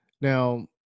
Now